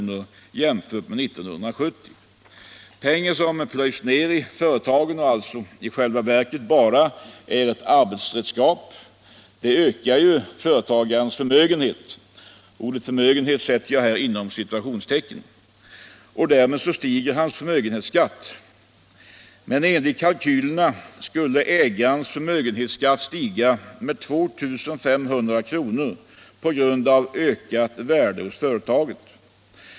för ett familjeföretag som värderas till I milj.kr. Pengar som plöjs ned i företagen och alltså i själva verket bara är ett arbetsredskap ökar ju företagarens förmögenhet — ordet förmögenhet vill jag här sätta inom citationstecken — och därmed stiger hans förmögenhetsskatt. Enligt kalkylerna skulle ägarens förmögenhetsskatt stiga med 2 500 kr. på grund av ökat värde hos företaget.